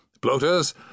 Bloaters